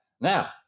Now